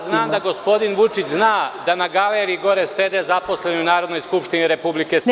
Ja znam da gospodin Vučić zna da na galeriji gore sede zaposleni u Narodnoj skupštini Republike Srbije.